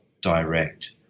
direct